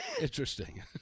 Interesting